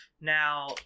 Now